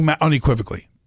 Unequivocally